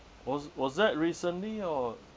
was was that recently or